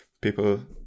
people